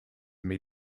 meet